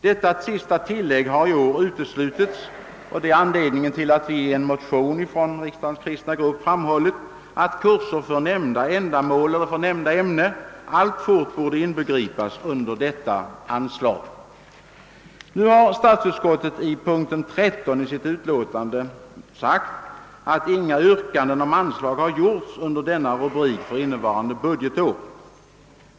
Detta sista tillägg har i år uteslutits, och det är anledningen till att vi från Riksdagens kristna grupp i en motion framhållit, att kurser i nämnda ämne alltfort bör inbegripas i detta anslag. Statsutskottet har i sitt utlåtande under ' punkt 13 anfört att inga yrkanden om anslag har gjorts under denna rubrik för innevarande budgetår.